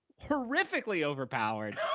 horrifically overpowered,